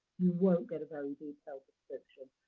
you won't get a very detailed description.